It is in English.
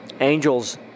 angels